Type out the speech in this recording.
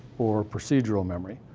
or procedural memory.